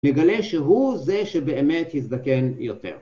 מגלה שהוא זה שבאמת הזדקן יותר.